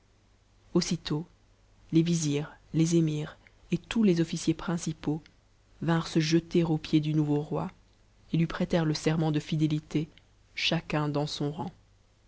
tôt les vizirs les émirs et tous les officiers principaux vinrent se jeter aux pieds du nouveau roi et lui prêtèrent le serment de fidélité acun dans son rang